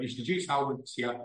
išdidžiai saugantis ją